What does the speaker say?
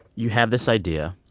you have this idea.